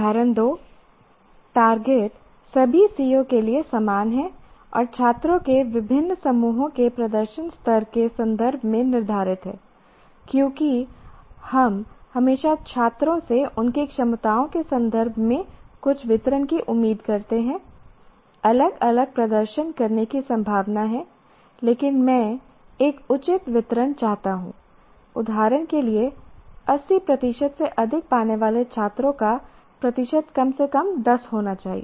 उदाहरण 2 "टारगेट सभी CO के लिए समान हैं और छात्रों के विभिन्न समूहों के प्रदर्शन स्तर के संदर्भ में निर्धारित हैं क्योंकि हम हमेशा छात्रों से उनकी क्षमताओं के संदर्भ में कुछ वितरण की उम्मीद करते हैं अलग अलग प्रदर्शन करने की संभावना है लेकिन मैं एक उचित वितरण चाहता हूं उदाहरण के लिए 80 प्रतिशत से अधिक पाने वाले छात्रों का प्रतिशत कम से कम 10 होना चाहिए